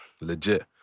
legit